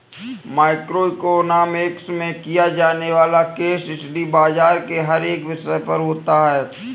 micro economics में किया जाने वाला केस स्टडी बाजार के हर एक विषय पर होता है